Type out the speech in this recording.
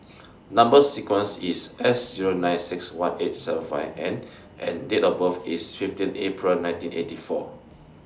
Number sequence IS S Zero nine six one eight seven five N and Date of birth IS fifteen April nineteen eighty four